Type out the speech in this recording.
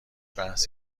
بحث